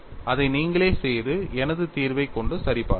அதை நீங்களே செய்து எனது தீர்வைக் கொண்டு சரிபார்க்கவும்